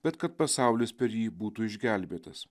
bet kad pasaulis per jį būtų išgelbėtas